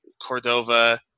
Cordova